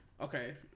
Okay